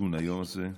ארגון היום הזה.